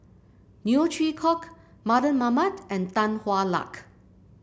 Neo Chwee Kok Mardan Mamat and Tan Hwa Luck